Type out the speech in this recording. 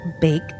bake